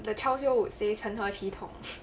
the charles would says 成何体统